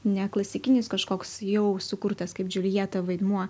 ne klasikinis kažkoks jau sukurtas kaip džiuljeta vaidmuo